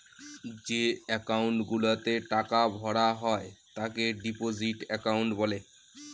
যে একাউন্ট গুলাতে টাকা ভরা হয় তাকে ডিপোজিট একাউন্ট বলে